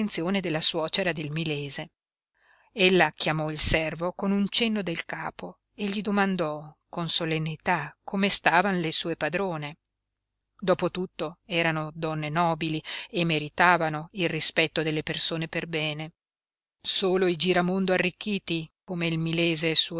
della suocera del milese ella chiamò il servo con un cenno del capo e gli domandò con solennità come stavan le sue padrone dopo tutto erano donne nobili e meritavano il rispetto delle persone per bene solo i giramondo arricchiti come il milese